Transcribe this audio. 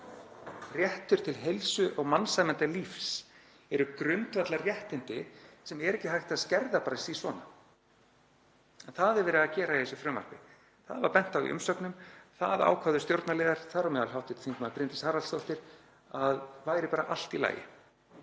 Réttur til heilsu og mannsæmandi lífs eru grundvallarréttindi sem er ekki hægt að skerða bara si svona en það er verið að gera í þessu frumvarpi. Það var bent á það í umsögnum og það ákváðu stjórnarliðar, þar á meðal hv. þm. Bryndís Haraldsdóttir, að væri bara allt í lagi.